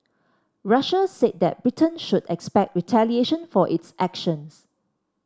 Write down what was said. Russia said that Britain should expect retaliation for its actions